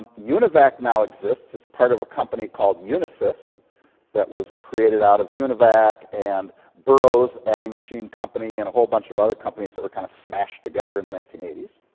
univac now exists as part of a company called unisys that was created out of univac and burroughs adding machine company and a whole bunch of other companies that were kind of smashed together in the nineteen eighty s.